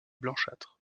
blanchâtres